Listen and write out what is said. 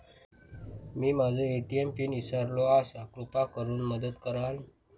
मी माझो ATM PIN इसरलो आसा कृपा करुन मदत करताल